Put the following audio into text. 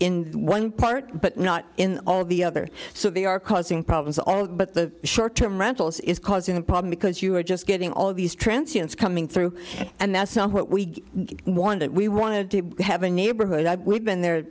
in one part but not in all the other so they are causing problems but the short term rentals is causing a problem because you are just getting all of these transients coming through and that's what we wanted we wanted to have a neighborhood i've been there